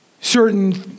certain